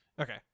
Okay